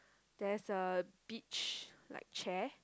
there is a beach like chair